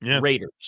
Raiders